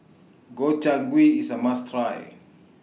Gobchang Gui IS A must Try